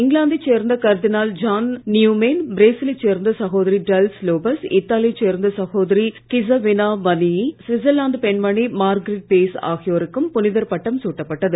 இங்கிலாந்தைச் சேர்ந்த கர்தினால் John Newman பிரேசிலைச் சேர்ந்த சகோதரி டல்ஸ் லோபஸ் இத்தாலியைச் சேர்ந்த சகோதரி கிஸ்ஸப்பீனா வன்னீனி சுவிட்சர்லாந்துப் பெண்மணி மார்கரிட் பேஸ் ஆகியோருக்கும் புனிதர்ப் பட்டம் சூட்டப்பட்டது